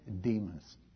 demons